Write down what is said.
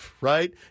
right